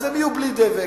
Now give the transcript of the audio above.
אז הן יהיו בלי דבק.